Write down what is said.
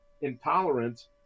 intolerance